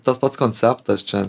tas pats konceptas čia